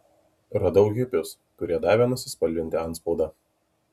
radau hipius kurie davė nusispalvinti antspaudą